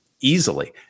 easily